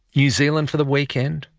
new zealand for the weekend,